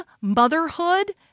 motherhood